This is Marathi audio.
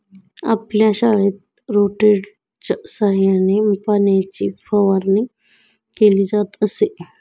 आपल्या शाळेत रोटेटरच्या सहाय्याने पाण्याची फवारणी केली जात असे